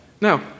Now